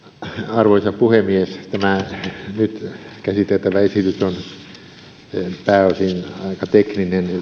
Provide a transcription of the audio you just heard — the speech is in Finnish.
arvoisa puhemies tämä nyt käsiteltävä esitys on pääosin aika tekninen